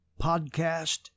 podcast